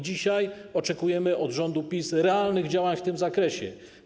Dzisiaj oczekujemy od rządu PiS realnych działań w tym zakresie.